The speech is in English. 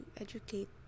educate